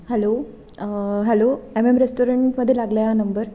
hello hello M M रेस्टॉरंटमध्ये लागला आहे हा नंबर